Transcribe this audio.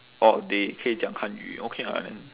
orh they 可以讲汉语 okay [what]